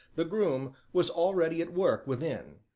the groom, was already at work within.